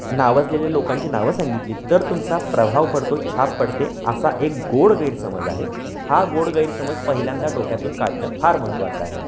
नावाजलेले लोकांची नावं सांगितली तर तुमचा प्रभाव पडतो छाप पडते असा एक गोड गैरसमज आहे हा गोड गैरसमज पहिल्यांदा डोक्यातून काढणं फार महत्त्वाचं आहे